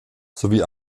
sowie